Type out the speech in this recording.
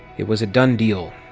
it was a done deal,